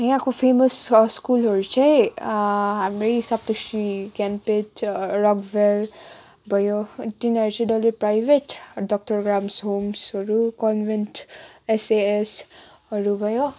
यहाँको फेमस स्कुलहरू चाहिँ हाम्रै सप्त श्री ज्ञानपिठ छ रकभेल भयो तिनीहरू चाहिँ डल्लै प्राइभेट डक्टर ग्राम्स् होम्सहरू कन्भेन्ट एसएसहरू भयो